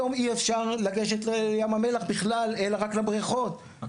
היום אי אפשר לגשת לים המלח בכלל אלא רק לבריכות,